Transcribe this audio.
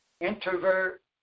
introvert